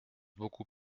beaucoup